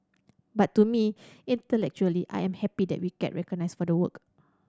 but to me intellectually I am happy that we get recognised for the work